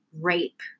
rape